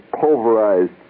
pulverized